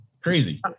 Crazy